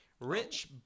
rich